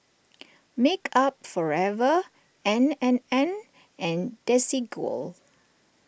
Makeup Forever N and N and Desigual